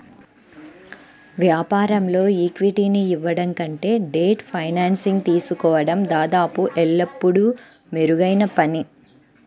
వ్యాపారంలో ఈక్విటీని ఇవ్వడం కంటే డెట్ ఫైనాన్సింగ్ తీసుకోవడం దాదాపు ఎల్లప్పుడూ మెరుగైన పని